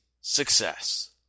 Success